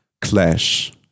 clash